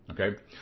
Okay